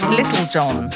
Littlejohn